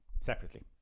separately